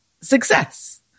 success